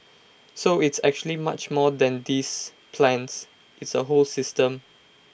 so it's actually much more than these plans it's A whole system